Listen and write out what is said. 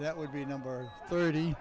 that would be number thirty